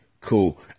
Cool